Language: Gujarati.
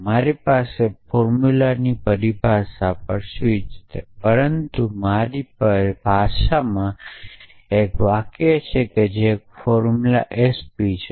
મારી પાસે ફોર્મ્યુલાની પરિભાષા પર સ્વિચ છે પરંતુ મારી ભાષામાં એક વાક્ય છે જે એક ફોર્મ્યુલા એસપી છે